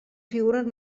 figuren